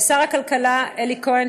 לשר הכלכלה אלי כהן,